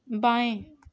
बाएं